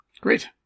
Great